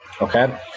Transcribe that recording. Okay